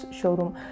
showroom